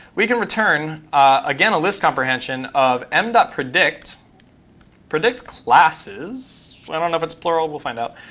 we can return again a list comprehension of m predict predict classes. i don't know if it's plural. we'll find out.